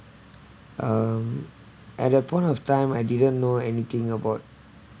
um at the point of time I didn't know anything about